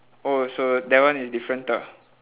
oh so that one is different ah